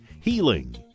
Healing